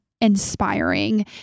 inspiring